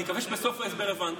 אני מקווה שבסוף ההסבר הבנת.